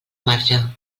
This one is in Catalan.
marge